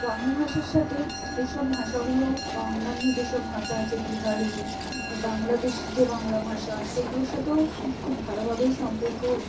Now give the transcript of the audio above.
বাংলা ভাষার সাথে এসব ভাষাগুলো বা অন্যান্য যেসব ভাষা আছে বিহারি বাংলাদেশী যে বাংলা ভাষা সেগুলোর সাথেও খুব ভালোভাবেই সম্পর্ক